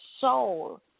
soul